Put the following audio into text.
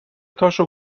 تاشو